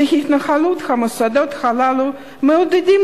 והתנהלות המוסדות הללו מעודדת,